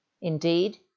Indeed